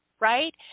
right